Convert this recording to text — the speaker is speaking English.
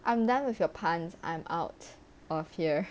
I'm done with your puns I'm out of here